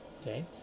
okay